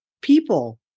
people